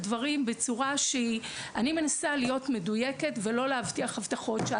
אני מנסה להיות מדויקת ולא להבטיח הבטחות שווא.